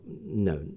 no